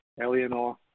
Eleanor